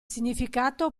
significato